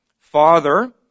Father